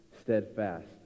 steadfast